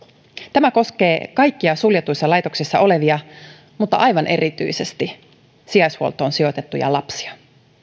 tämä koskee kaikkia suljetuissa laitoksissa olevia mutta aivan erityisesti sijaishuoltoon sijoitettuja lapsia